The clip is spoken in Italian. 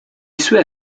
suoi